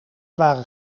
waren